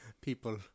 People